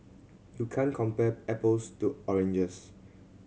you can't compare apples to oranges